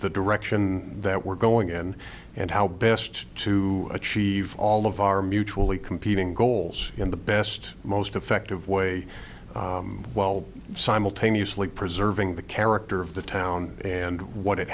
the direction that we're going in and how best to achieve all of our mutually competing goals in the best most effective way while simultaneously preserving the character of the town and what it